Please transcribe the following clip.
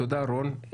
תודה רון.